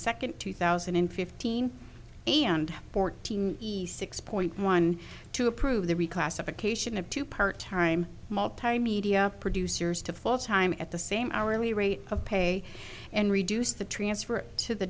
second two thousand and fifteen and fourteen six point one to approve the reclassification of two part time multimedia producers to full time at the same hourly rate of pay and reduce the transfer to the